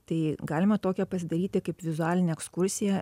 tai galima tokią pasidaryti kaip vizualinę ekskursiją